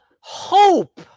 hope